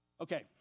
Okay